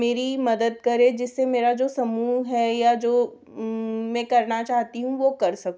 मेरी मदद करे जिससे मेरा जो समूह है या जो मैं करना चाहती हूँ वह कर सकूँ